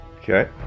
Okay